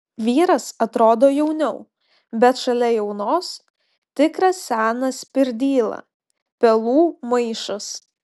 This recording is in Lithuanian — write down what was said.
vyras atrodo jauniau bet šalia jaunos tikras senas pirdyla pelų maišas